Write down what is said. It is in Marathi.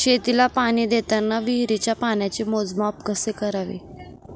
शेतीला पाणी देताना विहिरीच्या पाण्याचे मोजमाप कसे करावे?